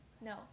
No